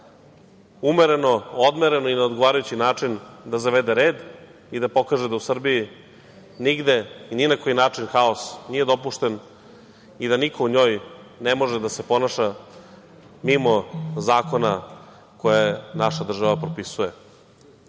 umereno, odmereno i na odgovarajući način da zavede red i da pokaže da u Srbiji nigde ni na koji način haos nije dopušten i da niko u njoj ne može da se ponaša mimo zakona koje naša država propisuje.